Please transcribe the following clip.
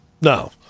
No